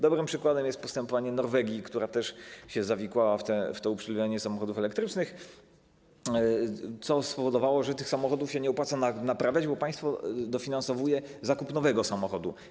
Dobrym przykładem jest postępowanie Norwegii, która się uwikłała w uprzywilejowanie samochodów elektrycznych, co spowodowało, że tych samochodów się nie opłaca naprawiać, bo państwo dofinansowuje zakup nowego samochodu.